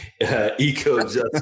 eco-justice